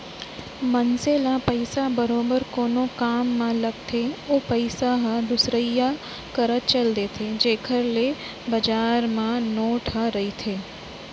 मनसे ल पइसा बरोबर कोनो काम म लगथे ओ पइसा ह दुसरइया करा चल देथे जेखर ले बजार म नोट ह रहिथे